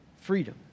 freedom